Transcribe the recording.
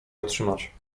otrzymać